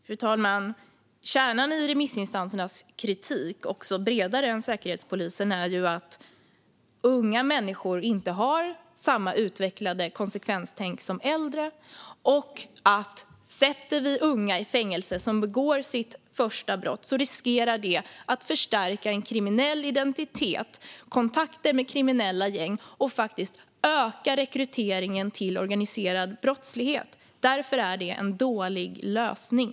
Fru talman! Kärnan i remissinstansernas kritik, som också är bredare än Säkerhetspolisens, är att unga människor inte har samma utvecklade konsekvenstänk som äldre. Sätter vi unga, som begår sitt första brott, i fängelse riskerar det att förstärka en kriminell identitet, kontakter med kriminella gäng och öka rekryteringen till organiserad brottslighet. Därför är det en dålig lösning.